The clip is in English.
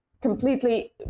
completely